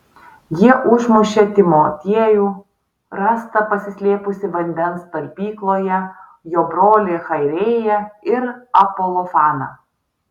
jie užmušė timotiejų rastą pasislėpusį vandens talpykloje jo brolį chairėją ir apolofaną